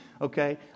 Okay